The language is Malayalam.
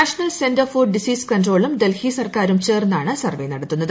നാഷണൽ സെന്റർ ഫോർ ഡിസീസ് കൺട്രോളും ഡൽഹി സർക്കാരും ചേർന്നാണ് സർവ്വേ നടത്തുന്നത്